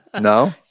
No